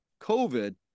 COVID